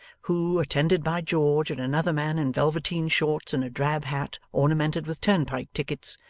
who, attended by george and another man in velveteen shorts and a drab hat ornamented with turnpike tickets,